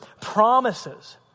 promises